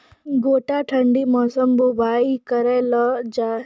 गोटा ठंडी मौसम बुवाई करऽ लो जा?